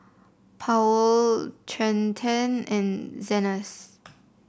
Powell Trenten and Zenas